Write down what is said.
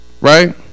right